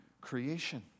creation